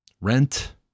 rent